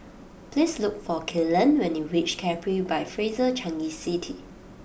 please look for Kellen when you reach Capri by Fraser Changi City